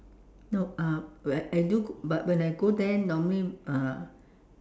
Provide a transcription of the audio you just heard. nope uh I I do but when I go there normally uh